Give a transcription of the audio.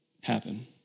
happen